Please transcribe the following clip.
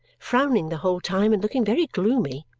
frowning the whole time and looking very gloomy.